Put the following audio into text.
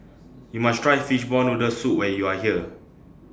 YOU must Try Fishball Noodle Soup when YOU Are here